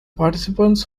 participants